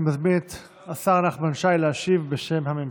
אני מזמין את השר נחמן שי להשיב בשם הממשלה.